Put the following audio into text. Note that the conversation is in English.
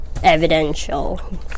Evidential